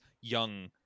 young